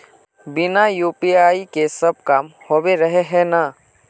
बिना यु.पी.आई के सब काम होबे रहे है ना?